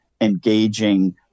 engaging